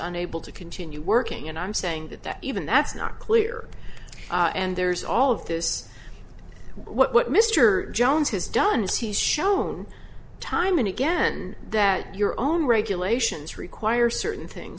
unable to continue working and i'm saying that that even that's not clear and there's all of this what mr jones has done is he's shown time and again that your own regulations require certain things